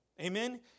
Amen